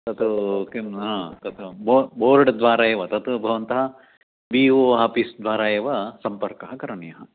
तत् किं तत् बो बोर्ड् द्वारा एव तत् भवन्तः बि ओ आफीस् द्वारा एव सम्पर्कः करणीयः